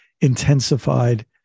intensified